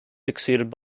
succeeded